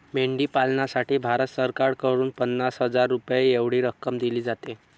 मेंढी पालनासाठी भारत सरकारकडून पन्नास हजार रुपये एवढी रक्कम दिली जाते